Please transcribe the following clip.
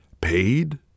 Paid